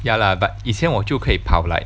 ya lah but 以前我就可以跑 like